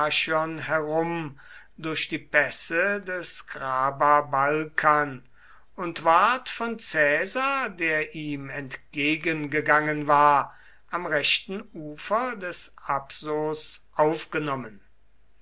dyrrhachion herum durch die pässe des graba balkan und ward von caesar der ihm entgegengegangen war am rechten ufer des apsos aufgenommen